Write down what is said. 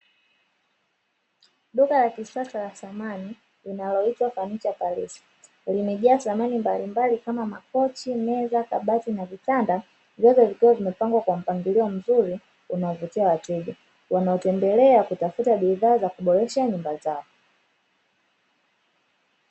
Duka la kisasa la samani limejaa samani mbalimbali kama makochi, meza, kabati na vitanda vyote vikiwa vimepangwa kwa mpangilio mzuri unaovutia wateja wanaotembelea kutafuta bidhaa za kuboresha nyumba zao.